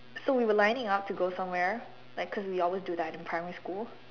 so we were lining up to go somewhere like cause we always do that in primary school